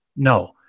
No